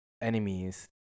enemies